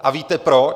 A víte proč?